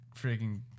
freaking